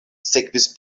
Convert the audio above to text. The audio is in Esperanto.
sekvis